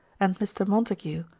and mr. montague,